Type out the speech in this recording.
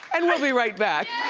and we'll be right back.